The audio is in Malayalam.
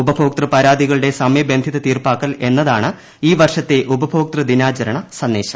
ഉപഭോക്തൃ പരാതികളുടെ സമയബന്ധിത തീർപ്പാക്കൽ എന്നതാണ് ഈവർഷത്തെ ഉപഭോക്തൃ ദിനാചരണ സന്ദേശം